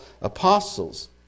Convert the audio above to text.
apostles